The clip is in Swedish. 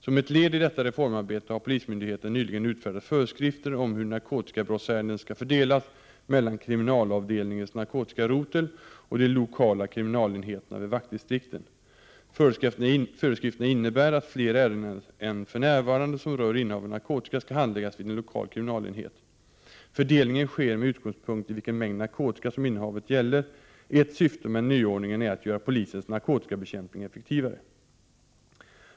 Som ett led i detta reformarbete har polismyndigheten nyligen utfärdat föreskrifter om hur narkotikabrottsärenden skall fördelas mellan kriminalavdelningens narkotikarotel och de lokala kriminalenheterna vid vaktdistrikten. Föreskrifterna innebär att fler ärenden än för närvarande som rör innehav av narkotika skall handläggas vid en lokal kriminalenhet. Fördelningen sker med utgångspunkt i vilken mängd narkotika som innehavet gäller. Ett syfte med nyordningen är att göra polisens narkotikabekämpning effektivare.